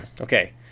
Okay